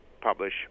publish